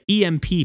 EMP